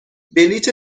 بلیت